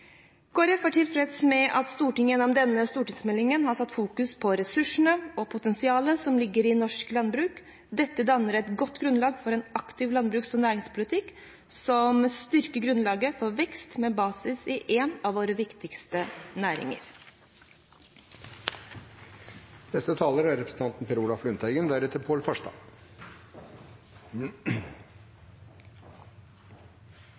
er tilfreds med at Stortinget gjennom denne stortingsmeldingen har satt fokus på ressursene og potensialet som ligger i norsk landbruk. Dette danner et godt grunnlag for en aktiv landbruks- og næringspolitikk, som styrker grunnlaget for vekst med basis i en av våre viktigste næringer. En gård er